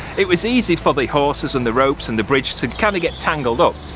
it was easy for the horses and the ropes and the bridge to kind of get tangled up.